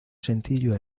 sencillo